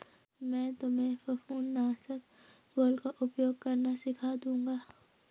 मैं तुम्हें फफूंद नाशक घोल का उपयोग करना सिखा दूंगा